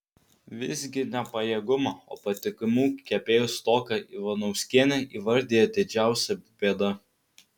visgi ne pajėgumo o patikimų kepėjų stoką ivanauskienė įvardija didžiausia bėda